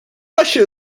russia